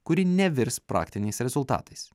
kuri nevirs praktiniais rezultatais